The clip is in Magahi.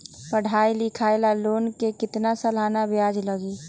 पढाई लिखाई ला लोन के कितना सालाना ब्याज लगी?